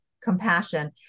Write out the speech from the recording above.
compassion